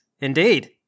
Indeed